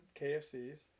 KFCs